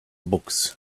books